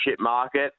market